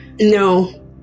No